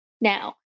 now